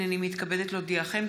הינני מתכבדת להודיעכם,